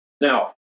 Now